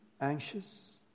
anxious